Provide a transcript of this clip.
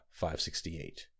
568